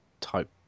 type